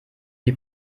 die